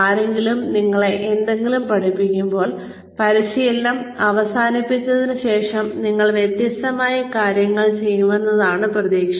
ആരെങ്കിലും നിങ്ങളെ എന്തെങ്കിലും പഠിപ്പിക്കുമ്പോൾ പരിശീലനം അവസാനിച്ചതിന് ശേഷം നിങ്ങൾ വ്യത്യസ്തമായി കാര്യങ്ങൾ ചെയ്യുമെന്നാണ് പ്രതീക്ഷ